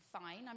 fine